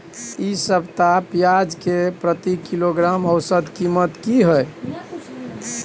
इ सप्ताह पियाज के प्रति किलोग्राम औसत कीमत की हय?